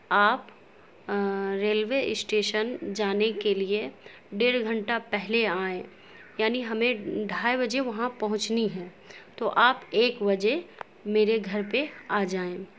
آپ اشٹیشن جانے کے لیے ڈیڑھ گھنٹہ پہلے آئیں یعنی ہمیں ڈھائی بجے وہاں پہنچنی ہے تو آپ ایک بجے میرے گھر پہ آ جائیں